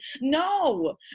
No